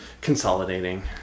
Consolidating